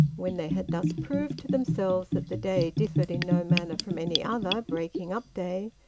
when they had thus proved to themselves that the day differed in no manner from any other breaking-up day,